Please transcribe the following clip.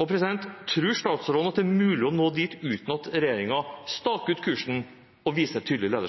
Og tror statsråden at det er mulig å nå dit uten at regjeringen staker ut kursen og viser tydelig